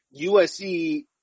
USC